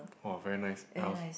[wah] very nice